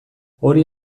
hori